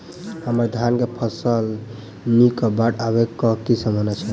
हम्मर धान केँ फसल नीक इ बाढ़ आबै कऽ की सम्भावना छै?